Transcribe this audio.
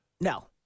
No